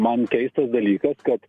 man keistas dalykas kad